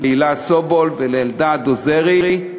להילה סובול ולאלדד עוזרי,